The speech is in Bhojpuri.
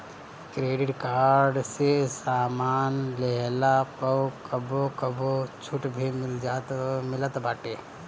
क्रेडिट कार्ड से सामान लेहला पअ कबो कबो छुट भी मिलत बाटे